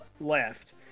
left